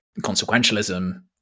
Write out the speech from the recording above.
consequentialism